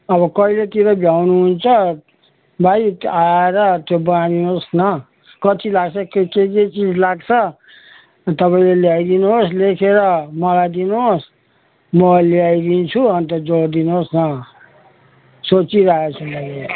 अब कहिलेतिर भ्याउनुहुन्छ भाइ आएर त्यो बनाइदिनोस् न कति लाग्छ के के के चिज लाग्छ तपाईँले ल्याइदिनुहोस् लेखेर मलाई दिनोस् म ल्याइदिन्छु अन्त जोडिदिनोस् न सोचिरहेको छु मैले